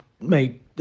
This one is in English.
mate